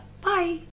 Bye